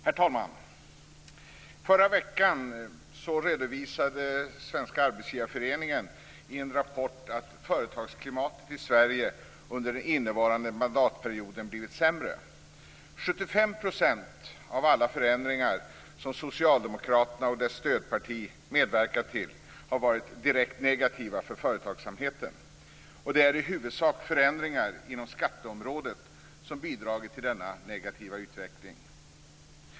Herr talman! Förra veckan redovisade Svenska Arbetsgivareföreningen i en rapport att företagsklimatet i Sverige under innevarande mandatperioden blivit sämre. 75 % av alla förändringar som Socialdemokraterna och dess stödparti medverkat till har varit direkt negativa för företagsamheten. Det är i huvudsak förändringar inom skatteområdet som bidragit till denna negativa utveckling.